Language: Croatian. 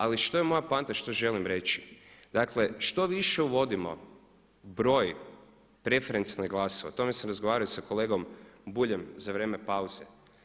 Ali što je moja poanta što želim reći, dakle što više uvodimo broj preferencijalnih glasova, o tome sam razgovarao i s kolegom Buljem za vrijeme pauze.